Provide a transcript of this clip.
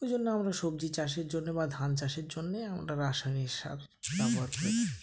ওই জন্য আমরা সবজি চাষের জন্যে বা ধান চাষের জন্যে আমরা রাসয়নিক সার ব্যবহার করি